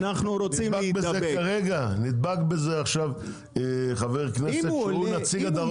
נדבק בזה עכשיו חבר הכנסת, שהוא נציג הדרום.